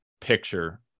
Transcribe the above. picture